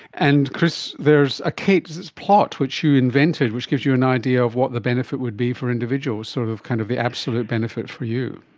and chris, there's ah a plot which you invented which gives you an idea of what the benefit would be for individuals, sort of kind of the absolute benefit for you.